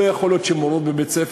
לא יכול להיות שמורות בבית-ספר,